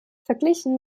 verglichen